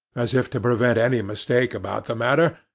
as if to prevent any mistake about the matter,